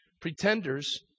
pretenders